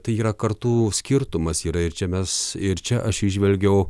tai yra kartų skirtumas yra ir čia mes ir čia aš įžvelgiau